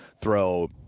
throw